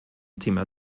thema